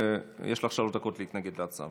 יש לך שלוש דקות להתנגד להצעה,